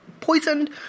poisoned